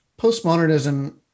postmodernism